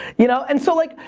you know, and so like,